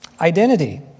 Identity